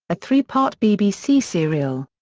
a three-part bbc serial.